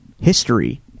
history